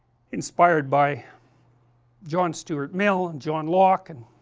inspired by john stuart mill and john locke and